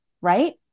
right